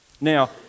Now